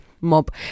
mob